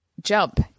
Jump